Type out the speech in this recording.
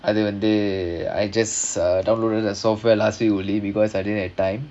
அது வந்து:adhu vandhu I just uh download the software last week only because I didn't have time